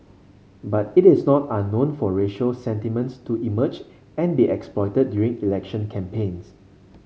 but it is not unknown for racial sentiments to emerge and be exploited during election campaigns